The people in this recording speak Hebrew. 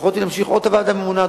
יכולתי להמשיך את הוועדה הממונה.